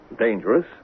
dangerous